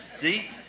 See